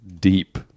deep